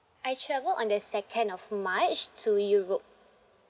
I travelled on the second of march to europe